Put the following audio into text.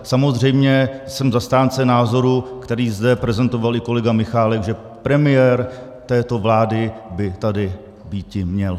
Samozřejmě jsem zastánce názoru, který zde prezentoval i kolega Michálek, že premiér této vlády by tady býti měl.